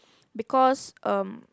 because um